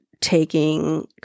taking